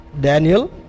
Daniel